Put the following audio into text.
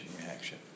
reaction